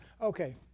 Okay